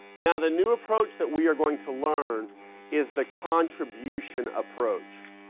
now the new approach that we are going to learn is the contribution approach.